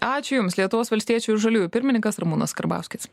ačiū jums lietuvos valstiečių žaliųjų pirmininkas ramūnas karbauskis